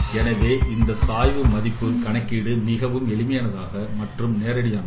எனவே இந்த சாய்வு மதிப்பு கணக்கீடு மிகவும் எளிமையானது மற்றும் நேரடியானது